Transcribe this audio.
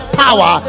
power